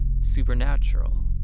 supernatural